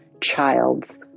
child's